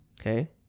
okay